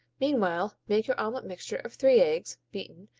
meanwhile make your omelet mixture of three eggs, beaten,